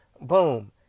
boom